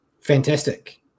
fantastic